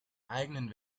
eigenen